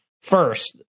first